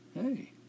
hey